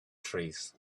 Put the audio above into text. trees